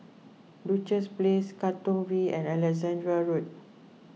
Duchess Place Katong V and Alexandra Road